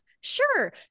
sure